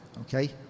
Okay